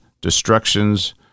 destructions